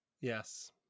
Yes